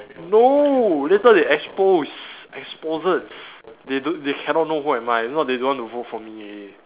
no that's why they expose exposed they don't they cannot know who am I if not they don't want to vote for me already